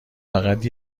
فقط